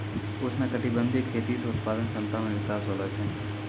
उष्णकटिबंधीय खेती से उत्पादन क्षमता मे विकास होलो छै